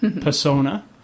persona